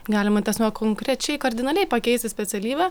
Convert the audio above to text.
galima ta prasme konkrečiai kardinaliai pakeisti specialybę